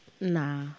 Nah